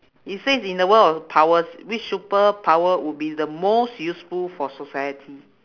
it says in the world of powers which superpower would be the most useful for society